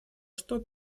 что